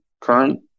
current